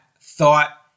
thought